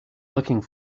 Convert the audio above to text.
looking